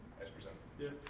as presented. yeah.